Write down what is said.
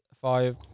five